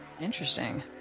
interesting